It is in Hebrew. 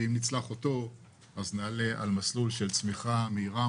אבל אם נצלח אותו אנחנו נעלה על מסלול של צמיחה מהירה,